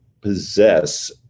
possess